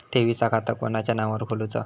ठेवीचा खाता कोणाच्या नावार खोलूचा?